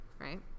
Right